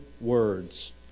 words